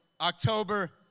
October